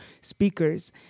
speakers